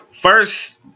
First